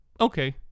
Okay